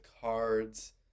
cards